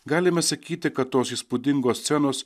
galime sakyti kad tos įspūdingos scenos